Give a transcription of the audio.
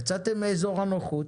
יצאתם מאזור הנוחות,